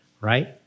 Right